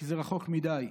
כי זה רחוק מדי,